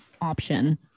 option